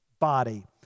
body